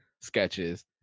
sketches